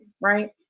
right